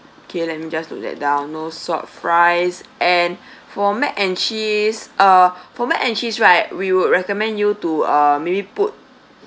okay let me just note that down no salt fries and for mac and cheese uh for mac and cheese right we would recommend you to uh maybe put